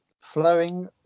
flowing